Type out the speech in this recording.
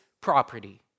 property